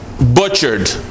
butchered